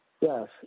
Yes